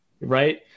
Right